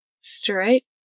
straight